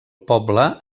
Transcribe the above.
poble